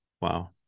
Wow